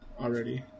already